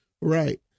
Right